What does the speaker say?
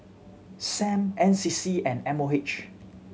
Sam N C C and M O H